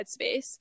headspace